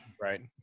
Right